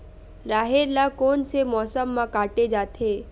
राहेर ल कोन से मौसम म काटे जाथे?